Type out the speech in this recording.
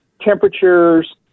temperatures